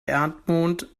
erdmond